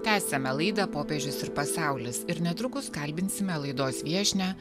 tęsiame laidą popiežius ir pasaulis ir netrukus kalbinsime laidos viešnią